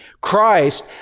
Christ